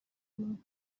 munsi